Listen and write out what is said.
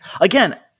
again